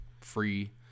Free